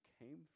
came